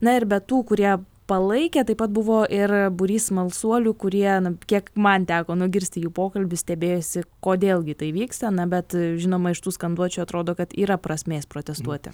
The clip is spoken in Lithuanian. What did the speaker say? na ir be tų kurie palaikė taip pat buvo ir būrys smalsuolių kurie kiek man teko nugirsti jų pokalbį stebėjosi kodėl gi tai vyksta na bet žinoma iš tų skanduočių atrodo kad yra prasmės protestuoti